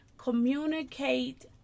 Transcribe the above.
communicate